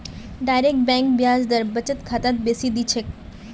direct bank ब्याज दर बचत खातात बेसी दी छेक